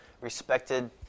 respected